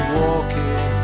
walking